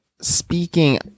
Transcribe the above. Speaking